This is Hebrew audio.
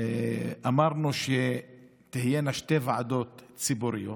אמרנו שתהיינה שתי ועדות ציבוריות: